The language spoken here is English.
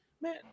Man